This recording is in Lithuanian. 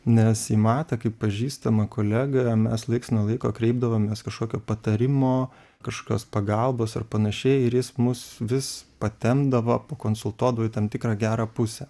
nes į matą kaip pažįstamą kolegą mes laiks nuo laiko kreipdavomės kažkokio patarimo kažkokios pagalbos ar panašiai ir jis mus vis patempdavo pakonsultuodavo į tam tikrą gerą pusę